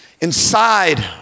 inside